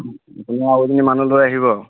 আৰু এজনী মানুহ লৈ আহিব